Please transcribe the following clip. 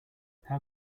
how